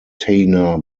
tana